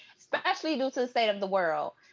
especially due to the state of the world.